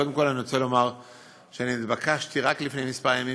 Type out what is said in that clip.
קודם כול אני רוצה לומר שאני התבקשתי רק לפני כמה ימים,